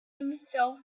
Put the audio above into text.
himself